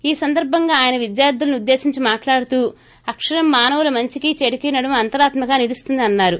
ఈ సందర్భంగా ఆయన విద్యార్గులనుద్దేశించి మాట్లాడుతూ అక్షరం మానవుల మంచికిచెడుకి నడుమ అంతరాత్మగా నిలుస్తుందని అన్నారు